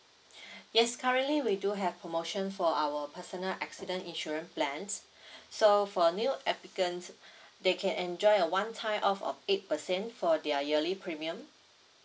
yes currently we do have promotion for our personal accident insurance plans so for new applicant they can enjoy a one-time off of eight percent for their yearly premium